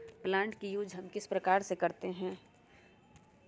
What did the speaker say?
Plant का use हम किस प्रकार से करते हैं?